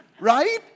right